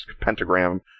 pentagram